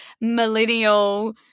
millennial